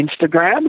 Instagram